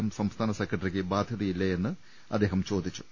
M സ്ട്സ്ഥാന സെക്ര ട്ടറിക്ക് ബാധ്യതയില്ലേയെന്ന് അദ്ദേഹം ചോദിച്ചു